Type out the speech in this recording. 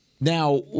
Now